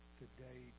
today